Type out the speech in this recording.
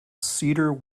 cedar